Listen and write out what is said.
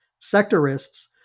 sectorists